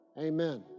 Amen